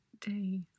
day